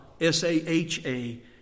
S-A-H-A